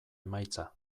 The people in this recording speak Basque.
emaitza